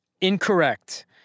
Incorrect